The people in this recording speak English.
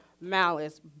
malice